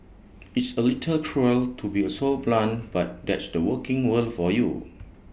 it's A little cruel to be so blunt but that's the working world for you